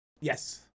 Yes